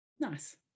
Nice